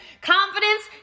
Confidence